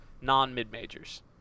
non-mid-majors